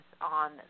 on